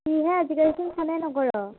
কি হে আজিকালি চোন ফোনে নকৰ'